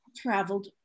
traveled